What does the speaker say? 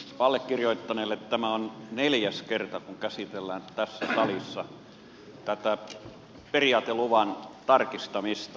allekirjoittaneelle tämä on neljäs kerta kun käsitellään tässä salissa tätä periaateluvan tarkistamista